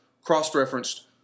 Cross-Referenced